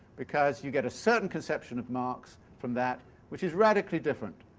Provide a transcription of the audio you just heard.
because you get a certain conception of marx from that, which is radically different